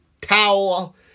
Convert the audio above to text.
towel